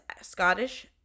Scottish